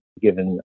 given